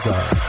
God